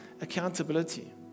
accountability